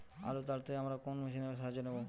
আলু তাড়তে আমরা কোন মেশিনের সাহায্য নেব?